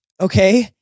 okay